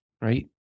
right